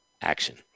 action